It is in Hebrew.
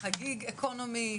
Gig Economy,